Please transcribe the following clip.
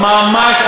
ממש,